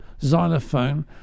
Xylophone